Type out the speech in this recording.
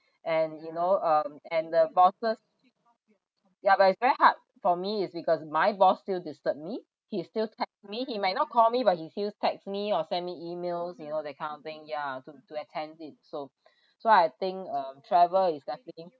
and you know um and the bosses ya but it's very hard for me is because my boss still disturb me he is still text me he might not call me but he still text me or send me emails you know that kind of thing ya to to attend it so so I think uh travel is definitely